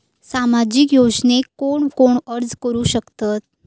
सामाजिक योजनेक कोण कोण अर्ज करू शकतत?